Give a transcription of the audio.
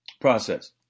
process